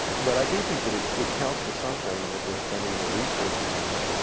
but i do think that it it counts for something that we're spending more resources on it.